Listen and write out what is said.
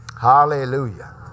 Hallelujah